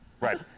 Right